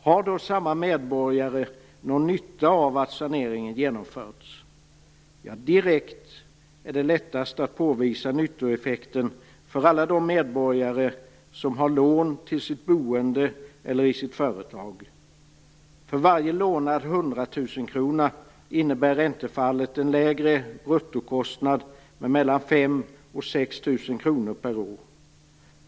Har då samma medborgare någon nytta av att saneringen genomförts? Ja, direkt är det lättast att påvisa nyttoeffekten för alla de medborgare som har lån till sitt boende eller i sitt företag. För varje lånad hundratusenkrona innebär räntefallet en lägre bruttokostnad på 5 000-6 000 kr per år.